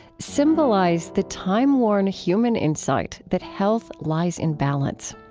symbolize the timeworn human insight that health lies in balance.